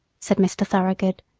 said mr. thoroughgood,